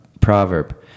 proverb